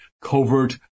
covert